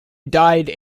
died